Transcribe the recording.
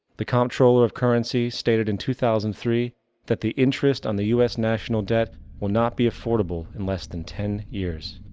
the controller of currencies stated in two thousand and three that the interest on the us national debt will not be affordable in less than ten years.